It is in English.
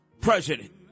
president